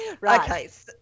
Right